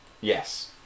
Yes